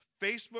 Facebook